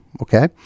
Okay